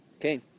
Okay